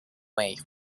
way